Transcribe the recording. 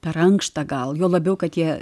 per ankštą gal juo labiau kad jie